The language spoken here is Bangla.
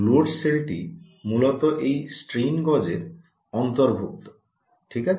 লোড সেলটি মূলত এই স্ট্রেইন গজের অন্তর্ভুক্ত ঠিক আছে